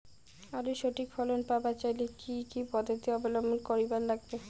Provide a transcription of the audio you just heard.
আলুর সঠিক ফলন পাবার চাইলে কি কি পদ্ধতি অবলম্বন করিবার লাগবে?